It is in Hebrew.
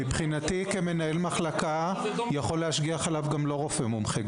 מבחינתי כמנהל מחלקה יכול להשגיח עליו גם לא רופא מומחה.